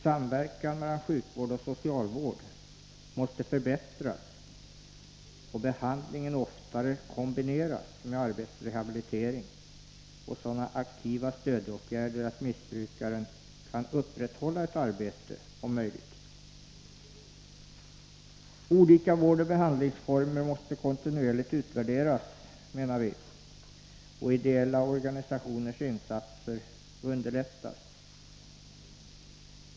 Samverkan mellan sjukvård och socialvård måste förbättras och behandlingen oftare kombineras med arbetsrehabilitering och sådana aktiva stödåtgärder att missbrukaren om möjligt kan behålla ett arbete. Olika vårdoch behandlingsformer måste kontinuerligt utvärderas, menar vi, och ideella organisationers insatser underlättas.